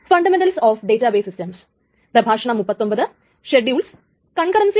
അപ്പോൾ ഈ പ്രോട്ടോകോളിനെ ടൈം സ്റ്റാമ്പ് ഓർഡറിങ്ങ് അല്ലെങ്കിൽ റ്റി ഒ പ്രോട്ടോകോൾ എന്നു പറയുന്നു